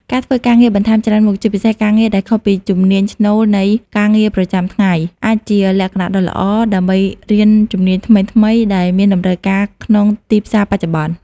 ការធ្វើការងារបន្ថែមច្រើនមុខ ជាពិសេសការងារដែលខុសពីជំនាញស្នូលនៃការងារប្រចាំថ្ងៃ អាចជាឱកាសដ៏ល្អដើម្បីរៀនជំនាញថ្មីៗ ដែលមានតម្រូវការក្នុងទីផ្សារបច្ចុប្បន្ន។